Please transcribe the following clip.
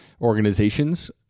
organizations